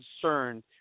concerned –